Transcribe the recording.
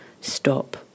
stop